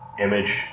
image